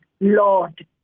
Lord